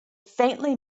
faintly